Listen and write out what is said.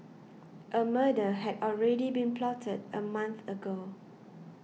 a murder had already been plotted a month ago